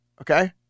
okay